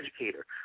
educator